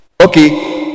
okay